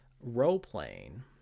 role-playing